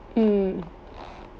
mm